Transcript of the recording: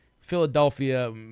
Philadelphia